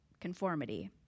conformity